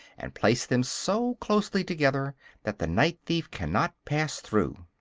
and place them so closely together that the night-thief cannot pass through.